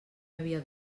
havia